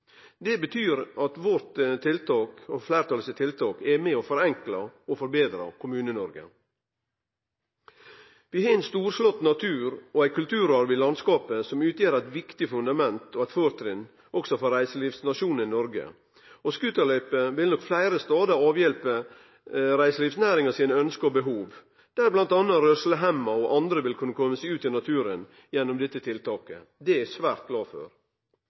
Det betyr at fleirtalet sitt tiltak er med og forenklar og forbetrar Kommune-Noreg. Vi har ein storslått natur og ein kulturarv i landskapet som utgjer eit viktig fundament og eit fortrinn også for reiselivsnasjonen Noreg. Scooterløyper vil nok fleire stader avhjelpe reiselivsnæringas ønske og behov, då bl.a. rørslehemma og andre vil kunne kome seg ut i naturen gjennom dette tiltaket. Det er eg svært glad for.